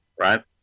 right